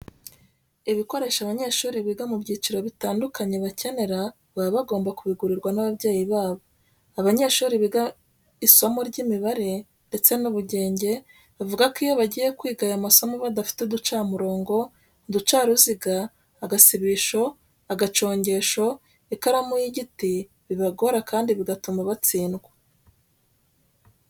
Ibikoresho abanyeshuri biga mu byiciro bitandukanye bakenera baba bagomba kubigurirwa n'ababyeyi babo. Abanyeshuri biga isomo ry'imibare ndetse n'ubugenge bavuga ko iyo bagiye kwiga aya masomo badafite uducamurongo, uducaruziga, agasibisho, agacongesho, ikaramu y'igiti bibagora kandi bigatuma batsindwa.